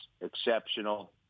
exceptional